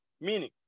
meaning